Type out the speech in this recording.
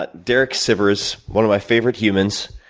but derek sivers, one of my favorite humans,